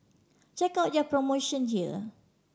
check out their promotion here